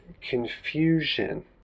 confusion